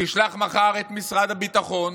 תשלח מחר את משרד הביטחון